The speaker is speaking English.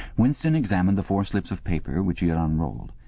winston examined the four slips of paper which he had unrolled.